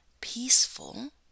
peaceful